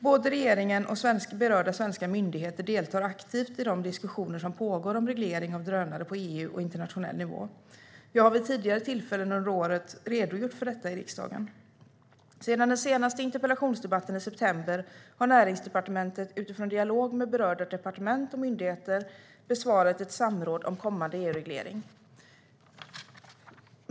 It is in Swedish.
Både regeringen och berörda svenska myndigheter deltar aktivt i de diskussioner som pågår om reglering av drönare på EU-nivå och internationell nivå. Jag har vid tidigare tillfällen under året redogjort för detta i riksdagen. Sedan den senaste interpellationsdebatten i september har Näringsdepartementet utifrån dialog med berörda departement och myndigheter besvarat ett samråd om kommande EU-reglering.